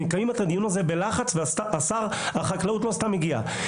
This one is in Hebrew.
מקיימים את הדיון הזה בלחץ ושר החקלאות לא סתם הגיע לכאן.